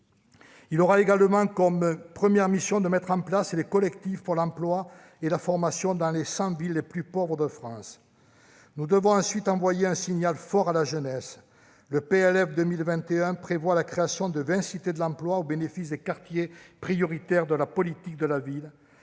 Il aurait également comme première mission de mettre en place des collectifs pour l'emploi et la formation dans les cent villes les plus pauvres de France. Nous devons ensuite envoyer un signal fort à la jeunesse. Le PLF pour 2021 prévoit la création de 20 cités de l'emploi au bénéfice des quartiers prioritaires de la politique de la ville.